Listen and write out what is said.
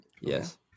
Yes